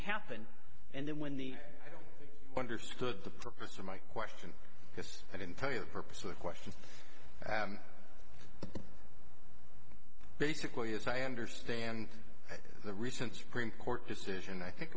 happen and then when the understood the purpose of my question because i didn't tell you the purpose of the question basically as i understand the recent supreme court decision i think